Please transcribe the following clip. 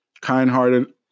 Kind-hearted